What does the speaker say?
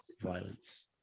violence